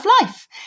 life